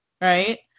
right